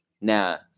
Now